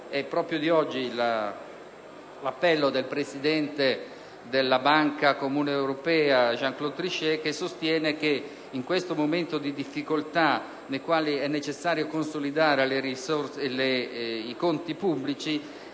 è proprio di oggi l'appello del presidente della Banca centrale europea Jean Claude Trichet, il quale sostiene che in questo momento di difficoltà, in cui è necessario consolidare i conti pubblici,